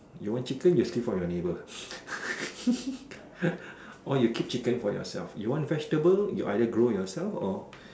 you want chicken you steal from your neighbour or you keep chicken for yourself you want vegetable you either grow yourself or